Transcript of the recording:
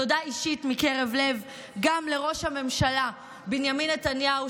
תודה אישית מקרב לב גם לראש הממשלה בנימין נתניהו,